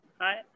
Hi